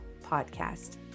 podcast